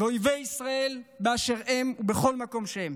ואויבי ישראל באשר הם, בכל מקום שהם.